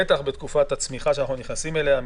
בטח בתקופת הצמיחה שאנחנו נכנסים אליה.